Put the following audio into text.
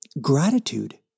gratitude